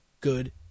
good